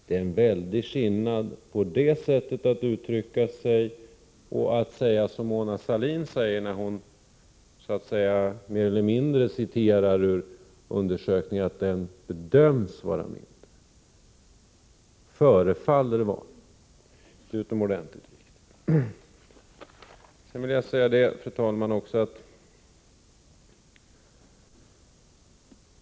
Det är en väldig skillnad på det sättet att uttrycka sig och att som Mona Sahlin säga att utslussningen bedöms vara mindre.